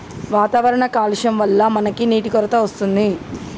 వాతావరణ కాలుష్యం వళ్ల మనకి నీటి కొరత వస్తుంది